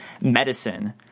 medicine